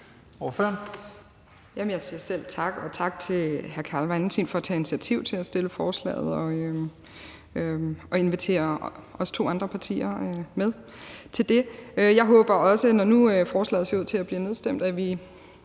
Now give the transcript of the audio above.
Jamen jeg siger selv tak – og tak til hr. Carl Valentin for at tage initiativ til at fremsætte forslaget og invitere os to andre partier med til det. Jeg håber også, når nu forslaget ser ud til at blive nedstemt, at vi